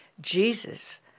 Jesus